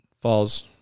falls